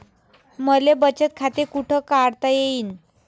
मले बचत खाते कुठ खोलता येईन?